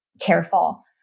careful